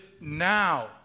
now